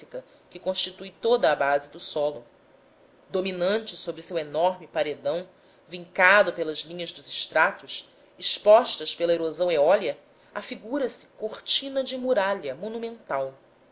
que constitui toda a base do solo dominante sobre a várzea que se estende para sudeste com a linha de cumeadas quase retilínea o seu enorme paredão vincado pelas linhas dos estratos expostas pela erosão eólia afigura se cortina de muralha monumental